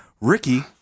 Ricky